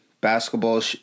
basketball